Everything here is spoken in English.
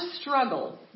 struggle